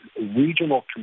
regional